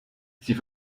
sie